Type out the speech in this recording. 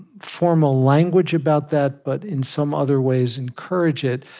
formal language about that, but in some other ways encourage it.